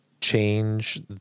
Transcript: change